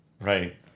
Right